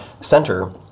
center